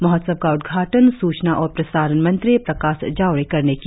महोत्सव का उदघाटन सूचना और प्रसारण मंत्री प्रकाश जावड़ेकर ने किया